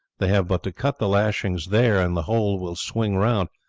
they have but to cut the lashings there and the whole will swing round.